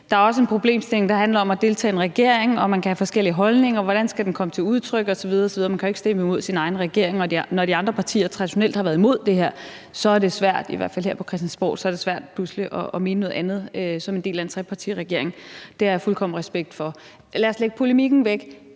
Der er også en problemstilling, der handler om at deltage i en regering, og at man kan have forskellige holdninger, og hvordan de skal komme til udtryk osv. osv., og man kan jo ikke stemme imod sin egen regering, og når de andre partier traditionelt har været imod det her, i hvert fald her på Christiansborg, så er det svært pludselig at mene noget andet som en del af en trepartiregering. Det har jeg fuldkommen respekt for. Lad os lægge polemikken væk.